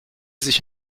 sich